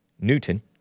Newton